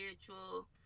spiritual